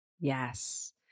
Yes